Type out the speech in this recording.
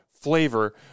flavor